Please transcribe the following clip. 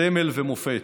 סמל ומופת.